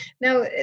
Now